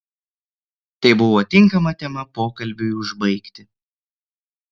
tai buvo tinkama tema pokalbiui užbaigti